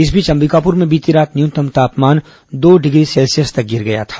इस बीच अंबिकापुर में बीती रात न्यूनतम तापमान दो डिग्री सेल्सियस तक गिर गया था